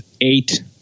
eight